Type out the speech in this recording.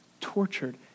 tortured